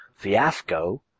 fiasco